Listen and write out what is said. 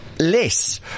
Less